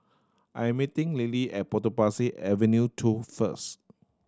I'm meeting Lilly at Potong Pasir Avenue Two first